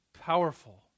powerful